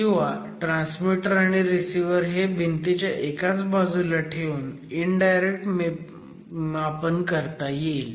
किंवा ट्रान्समीटर आणि रिसिव्हर हे एकाच बाजूला ठेवून इनडायरेक्ट मापन करता येईल